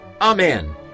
Amen